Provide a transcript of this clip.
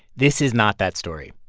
this is not that story.